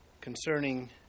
concerning